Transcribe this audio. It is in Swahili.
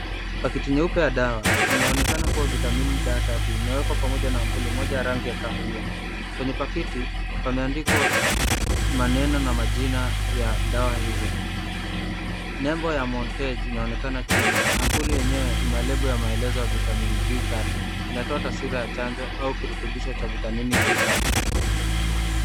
Pakiti nyeupe ya dawa, inaonekana kuwa vitamini da tatu, imewekwa pamoja na ampuli moja ya rangi ya kahawia. Kwenye pakiti, pameandikwa maneno na majina ya dawa hizo. Nembo ya Montage inaonekana chini, ampuli yenyewe ina lebo ya maelezo ya vitamin D tatu, inatoa taswira ya chanjo au kirutubisho cha vitamini D tatu.